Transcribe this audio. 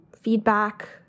feedback